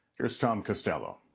here's tom costello.